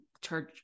charge